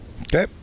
Okay